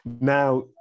Now